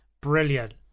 brilliant